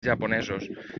japonesos